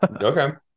okay